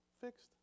fixed